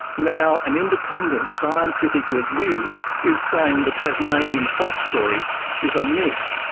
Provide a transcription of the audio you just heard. now, an independent scientific review is saying the tasmanian fox story is a myth.